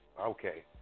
okay